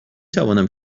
توانم